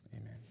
Amen